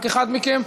רק אחד מכם?